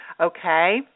okay